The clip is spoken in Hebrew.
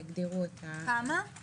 8%